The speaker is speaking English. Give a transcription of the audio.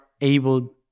able